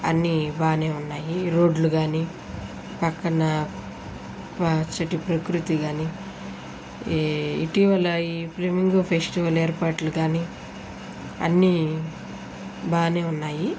అన్నీ బాగానే ఉన్నాయి రోడ్లు కాని పక్కన ప చెట్టు ప్రకృతి కాని ఈ ఇటీవల ఈ ఫ్లెమింగో ఫెస్టివల్ ఏర్పాట్లు కానీ అన్నీ బాగానే ఉన్నాయి